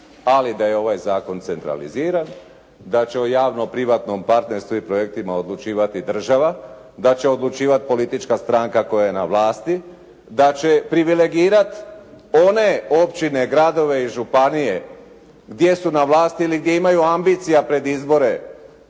Ali da je ovaj zakon centraliziran, da će o javno-privatnom partnerstvu i projektima odlučivati država, da će odlučivati politička stranka koja je na vlasti, da će privilegirati one općine, gradove i županije gdje su na vlasti ili gdje imaju ambicija pred izbore